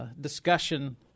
discussion